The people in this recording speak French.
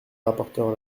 rapporteure